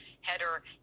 header